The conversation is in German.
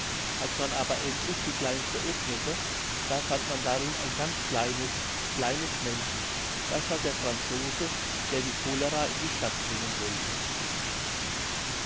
als man aber endlich die kleinste öffnete da fand man darin ein ganz kleines kleines männchen das war der franzose der die cholera in die stadt bringen wollte